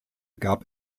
gab